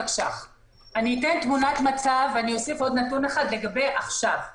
אתן תמונת מצב ואוסיף עוד נתון לגבי מה שקורה עכשיו.